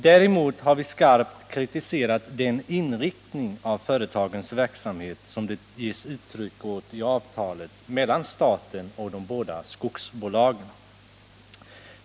Däremot har vi skarpt kritiserat den inriktning av företagens verksamhet sådan den kommer till uttryck i avtalet mellan staten och de båda skogsbolagen.